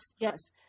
Yes